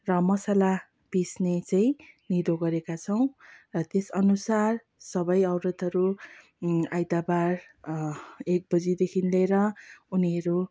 र मसाला पिस्ने चाहिँ निधो गरेका छौँ र त्यसअनुसार सबै औरतहरू आइताबार एक बजीदेखि लिएर उनीहरू